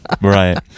Right